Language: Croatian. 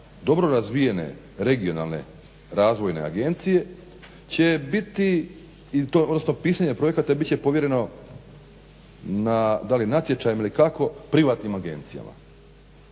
dobro razvijene regionalne razvojne agencije će biti, odnosno pisanje projekata bit će povjereno, da li natječajem ili kako privatnim agencijama